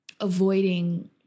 avoiding